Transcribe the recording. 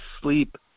sleep